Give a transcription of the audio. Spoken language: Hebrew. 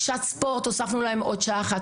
שעת ספורט, הוספנו להן עוד שעה אחת.